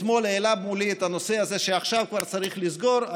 אתמול הוא העלה מולי את הנושא הזה שעכשיו כבר צריך לסגור,